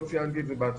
לא ציינתי את זה בהתחלה,